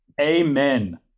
Amen